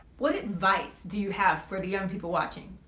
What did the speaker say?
what advice do you have for the young people watching?